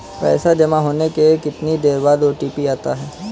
पैसा जमा होने के कितनी देर बाद ओ.टी.पी आता है?